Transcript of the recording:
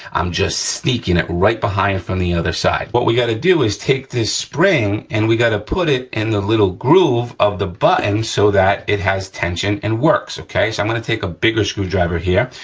i'm just sneaking it right behind from the other side. what we gotta do is take this spring, and we gotta put it in the little groove of the button, so that it has tension and works, okay? so, i'm gonna take a bigger screwdriver here,